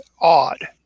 odd